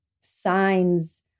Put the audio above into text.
signs